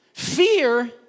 Fear